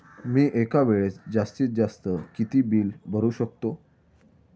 मी एका वेळेस जास्तीत जास्त किती बिल भरू शकतो?